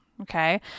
Okay